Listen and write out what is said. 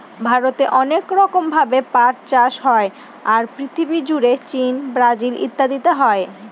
ভারতে অনেক রকম ভাবে পাট চাষ হয়, আর পৃথিবী জুড়ে চীন, ব্রাজিল ইত্যাদিতে হয়